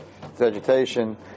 vegetation